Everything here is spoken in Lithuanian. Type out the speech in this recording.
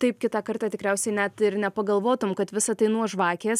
taip kitą kartą tikriausiai net ir nepagalvotum kad visa tai nuo žvakės